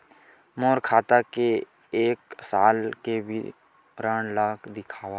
मोर खाता के एक साल के विवरण ल दिखाव?